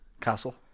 Castle